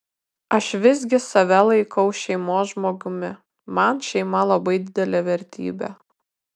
aš visgi save laikau šeimos žmogumi man šeima labai didelė vertybė